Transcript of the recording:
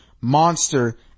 monster